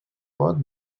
pot